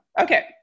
Okay